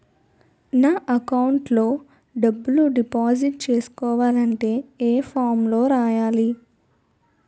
నా అకౌంట్ లో డబ్బులు డిపాజిట్ చేసుకోవాలంటే ఏ ఫామ్ లో రాయాలి?